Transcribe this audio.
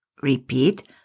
Repeat